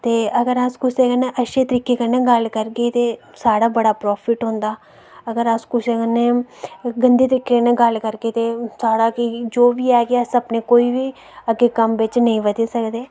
जे अगर अस कुसे कन्नै अच्चे तरीके कन्नै गल् करगे ते साढ़ा बड़ा प्राफिट होंदा अगर अस कुसे कन्नै गंदे तरीके कन्नै गल्ल करगे साढ़ा जो बी ऐ कि अग्गैं कम्म बिच्च नेईं बदी सकदे